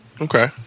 Okay